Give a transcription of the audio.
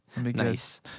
Nice